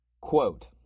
Quote